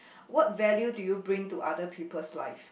what value do you bring to other people's life